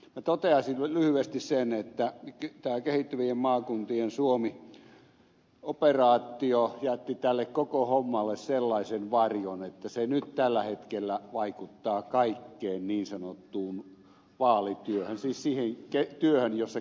minä toteaisin lyhyesti sen että tämä kehittyvien maakuntien suomi operaatio jätti tälle koko hommalle sellaisen varjon että se nyt tällä hetkellä vaikuttaa kaikkeen niin sanottuun vaalityöhön siis siihen työhön jossa keskustellaan vaaleista